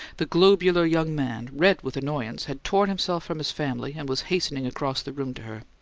the globular young man, red with annoyance, had torn himself from his family and was hastening across the room to her.